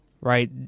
right